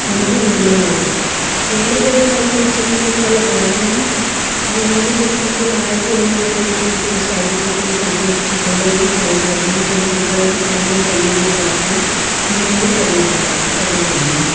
हुन खे वेलणो आहे वेले करे हुन में विच में टुक लॻाइणा आहिनि ऐं हुन खे टुक लॻाए पुड़ियुनि वांगुरु एतिरो एतिरो साइज जेतिरो तव्हांखे सुठो लॻे साइज वॾो बि करे सघंदा आहियो टिकिरनि जो तईअ जे हिसाब सां हुन में तरींदव तरींदा वञो